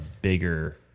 bigger